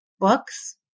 books